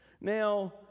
Now